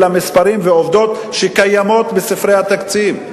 אלה מספרים ועובדות שקיימים בספרי התקציב.